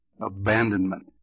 abandonment